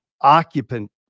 occupant